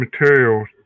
materials